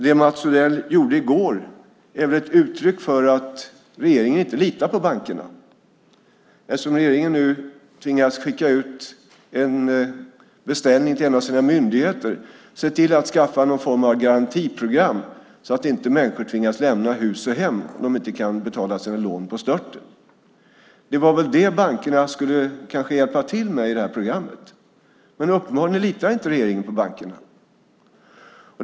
Det Mats Odell gjorde i går är väl ett uttryck för att regeringen inte litar på bankerna, eftersom regeringen nu tvingas skicka ut en beställning till en av sina myndigheter, se till att skaffa någon form av garantiprogram så att inte människor tvingas lämna hus och hem om de inte kan betala sina lån på stört. Det var väl det bankerna kanske skulle hjälpa till med i det här programmet. Men uppenbarligen litar inte regeringen på bankerna.